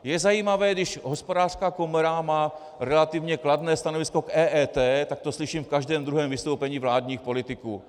Je zajímavé, když Hospodářská komora má relativně kladné stanovisko k EET, tak to slyším v každém druhém vystoupení vládních politiků.